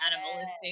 animalistic